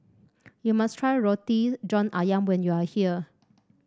you must try Roti John ayam when you are here